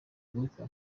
uwitwa